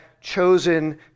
chosen